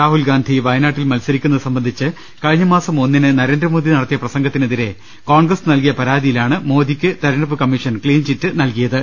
രാഹുൽഗാന്ധി വയനാട്ടിൽ മത്സരിക്കുന്നത് സംബന്ധിച്ച് കഴിഞ്ഞ മാസം ഒന്നിന് നരേന്ദ്രമോദി നടത്തിയ പ്രസംഗത്തിനെതിരെ കോൺഗ്രസ് നൽകിയ പരാ തിയിലാണ് മോദിക്ക് തെരഞ്ഞെടുപ്പ് കമ്മീഷൻ ക്സീൻ ചിറ്റ് നൽകിയത്